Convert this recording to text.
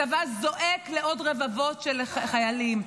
הצבא זועק לעוד רבבות של חיילים.